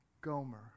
Gomer